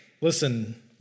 Listen